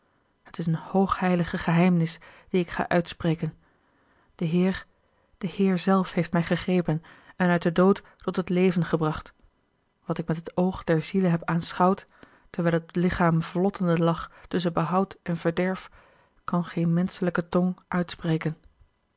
het is eene hoogheilige geheimenis die ik ga uitspreken de heer de heer zelf heeft mij gegrepen en uit den dood tot het leven gebracht wat ik met het oog der ziele heb aanschouwd terwijl het lichaam vlottende lag tusschen behoud en verderf kan geen menschelijke tong uitspreken